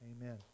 Amen